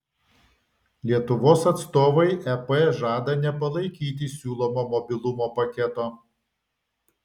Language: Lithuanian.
lietuvos atstovai ep žada nepalaikyti siūlomo mobilumo paketo